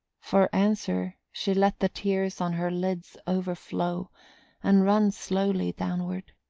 for answer, she let the tears on her lids overflow and run slowly downward.